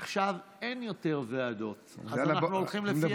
עכשיו אין יותר ועדות, אז אנחנו הולכים לפי הסדר.